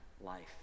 life